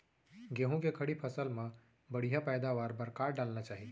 गेहूँ के खड़ी फसल मा बढ़िया पैदावार बर का डालना चाही?